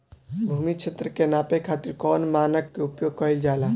भूमि क्षेत्र के नापे खातिर कौन मानक के उपयोग कइल जाला?